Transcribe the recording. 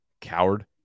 Coward